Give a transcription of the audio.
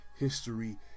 History